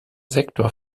sektor